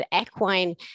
equine